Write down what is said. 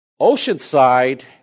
Oceanside